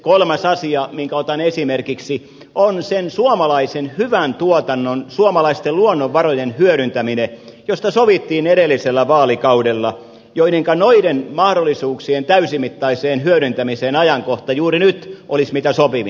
kolmas asia minkä otan esimerkiksi on sen suomalaisen hyvän tuotannon suomalaisten luonnonvarojen hyödyntäminen josta sovittiin edellisellä vaalikaudella joidenka noiden mahdollisuuksien täysimittaiseen hyödyntämiseen ajankohta juuri nyt olisi mitä sopivin